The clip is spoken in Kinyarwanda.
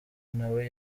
nawe